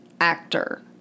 actor